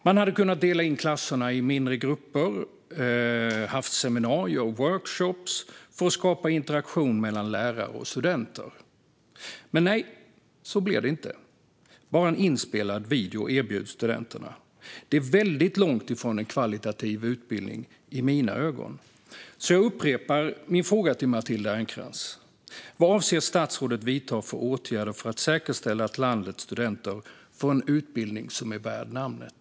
Man hade kunnat dela in klasserna i mindre grupper eller haft seminarier och workshoppar för att skapa interaktion mellan lärare och studenter. Men nej, så blir det inte. Studenterna erbjuds bara en inspelad video. Det är i mina ögon långt ifrån en kvalitativ utbildning. Jag upprepar därför min fråga till Matilda Ernkrans. Vilka åtgärder avser statsrådet att vidta för att säkerställa att landets studenter får en utbildning som är värd namnet?